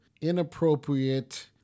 inappropriate